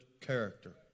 character